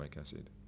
acid